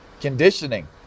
conditioning